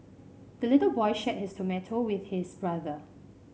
the little boy shared his tomato with his brother